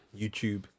youtube